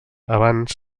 abans